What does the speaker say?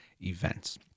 events